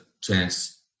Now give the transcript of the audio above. chance